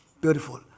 Beautiful